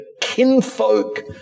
kinfolk